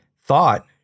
thought